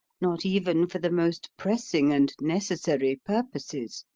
not even for the most pressing and necessary purposes.